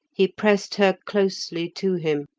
he pressed her closely to him,